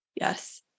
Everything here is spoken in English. Yes